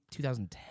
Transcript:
2010